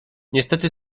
niestety